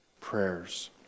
prayers